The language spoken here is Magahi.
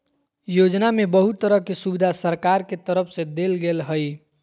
योजना में बहुत तरह के सुविधा सरकार के तरफ से देल गेल हइ